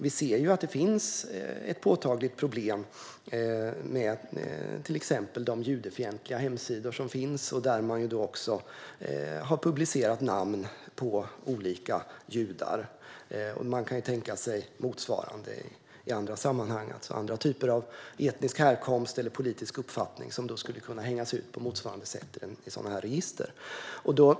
Vi ser dock att det finns ett påtagligt problem till exempel med de judefientliga hemsidor som finns, där det även har publicerats namn på olika judar. Man kan ju tänka sig motsvarande i andra sammanhang, alltså andra typer av etnisk härkomst eller politisk uppfattning som skulle kunna hängas ut i register på motsvarande sätt.